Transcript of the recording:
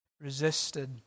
resisted